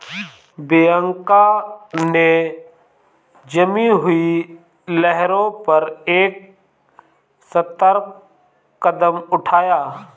Bianca ने जमी हुई लहरों पर एक सतर्क कदम उठाया